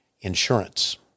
insurance